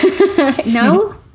No